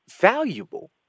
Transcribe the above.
valuable